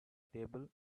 table